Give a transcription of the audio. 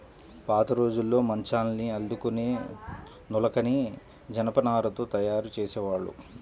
పాతరోజుల్లో మంచాల్ని అల్లుకునే నులకని జనపనారతో తయ్యారు జేసేవాళ్ళు